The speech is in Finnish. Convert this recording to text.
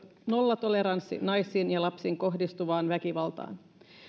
nollatoleranssi naisiin ja lapsiin kohdistuvaan väkivaltaan